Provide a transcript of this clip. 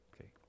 Okay